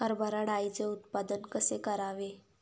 हरभरा डाळीचे उत्पादन कसे करावे?